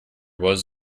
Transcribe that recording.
was